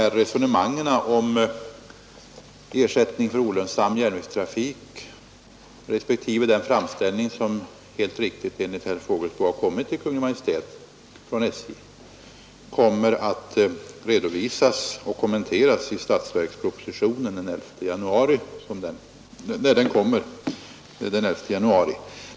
Resonemangen om ersättning för olönsam järnvägstrafik respektive den framställning som herr Fågelsbo helt riktigt sade har ingivits till Kungl. Maj:t från SJ kommer sedan att redovisas och kommenteras i statsverkspropositionen, som framläggs den 11 januari nästa år.